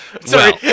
Sorry